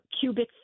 cubic